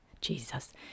Jesus